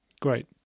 Great